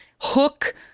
Hook